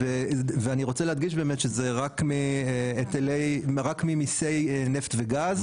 ואני רוצה להדגיש באמת שזה רק ממיסי נפט וגז,